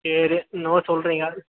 சரி என்னமோ சொல்கிறிங்க